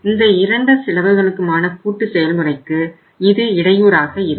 இந்த இரண்டு செலவுகளுக்குமான கூட்டு செயல்முறைக்கு இது இடையூறாக இருக்கும்